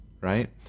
right